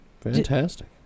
Fantastic